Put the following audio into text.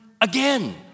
again